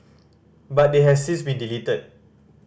but they have since been deleted